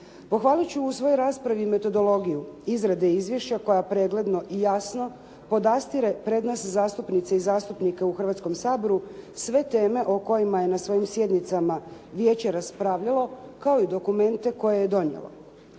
Pohvalit ću u svojoj raspravi i metodologiju izrade izvješća koja pregledano i jasno podastire prednost zastupnice i zastupnika u Hrvatskom saboru, sve teme o kojima je na svojim sjednicama vijeće raspravljalo kao i dokumente koje je donijelo.